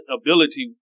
ability